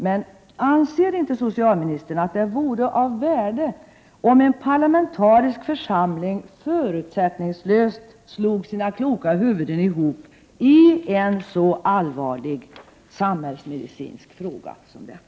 Men anser inte socialministern att det vore av värde om ledamöter i en parlamentarisk församling förutsättningslöst slog sina kloka huvuden ihop i en så allvarlig samhällsmedicinsk fråga som denna?